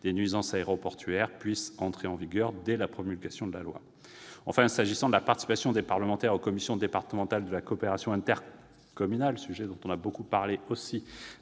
des nuisances aéroportuaires puissent entrer en vigueur dès la promulgation. Enfin, s'agissant de la participation des parlementaires aux commissions départementales de la coopération intercommunale, sujet dont nous avons